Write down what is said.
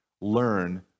learn